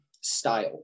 style